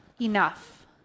enough